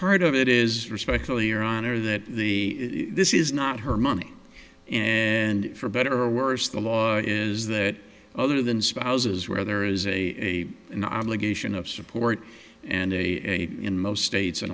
part of it is respectfully your honor that the this is not her money and for better or worse the law is that other than spouses where there is a an obligation of support and a in most states